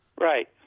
Right